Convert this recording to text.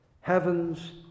Heaven's